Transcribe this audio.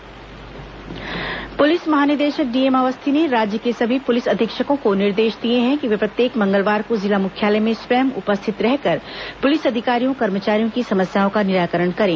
police समस्या निराकरण police महानिदेशक डीएम अवस्थी ने राज्य के सभी पुलिस अधीक्षकों को निर्देश दिए हैं कि वे प्रत्येक मंगलवार को जिला मुख्यालय में स्वयं उपस्थित रहकर पुलिस अधिकारियों कर्मचारियों की समस्याओं का निराकरण करें